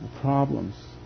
problems